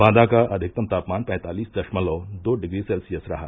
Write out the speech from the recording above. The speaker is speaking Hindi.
बांदा का अधिकतम तापमान पैंतालिस दशमलव दो डिग्री सेल्सियस रहा